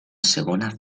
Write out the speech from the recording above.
segona